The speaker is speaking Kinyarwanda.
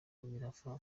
mirafa